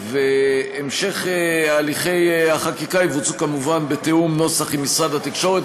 המשך הליכי החקיקה יבוצעו כמובן בתיאום נוסח עם משרד התקשורת,